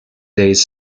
days